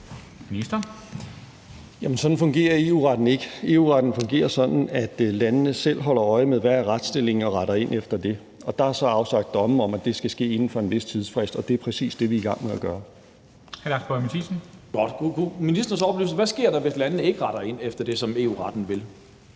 Sådan fungerer EU-retten ikke. EU-retten fungerer sådan, at landene selv holder øje med, hvad retsstillingen er, og retter ind efter det, og der er så afsagt domme om, at det skal ske inden for en vis tidsfrist. Og det er præcis det, vi er i gang med at gøre. Kl. 10:51 Formanden (Henrik Dam Kristensen):